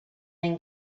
then